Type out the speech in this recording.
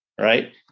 Right